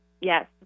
Yes